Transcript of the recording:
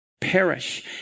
perish